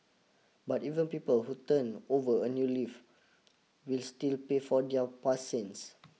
but even people who turn over a new leaf will still pay for their past sins